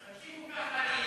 תמשיכו ככה, אני אהיה.